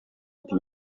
ati